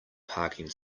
parking